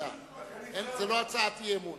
זו לא הצעת אי-אמון,